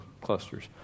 clusters